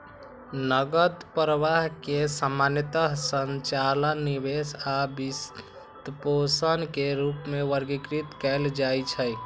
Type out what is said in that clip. नकद प्रवाह कें सामान्यतः संचालन, निवेश आ वित्तपोषण के रूप मे वर्गीकृत कैल जाइ छै